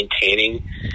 maintaining